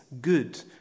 good